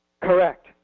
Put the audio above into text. Correct